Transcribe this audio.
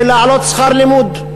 ולהעלות שכר לימוד.